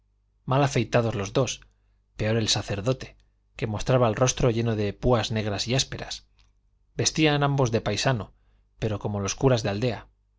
mal afeitados los dos peor el sacerdote que mostraba el rostro lleno de púas negras ásperas vestían ambos de paisano pero como los curas de aldea